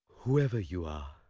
whoever you are,